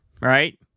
right